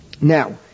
now